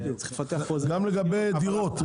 גם לגבי דירות.